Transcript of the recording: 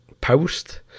post